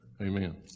Amen